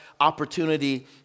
opportunity